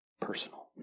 personal